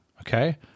okay